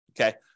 okay